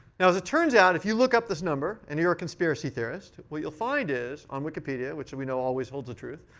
now as it turns out, if you look up this number, and you're a conspiracy theorist, what you'll find is on wikipedia, which we know always holds the truth,